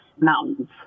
mountains